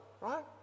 right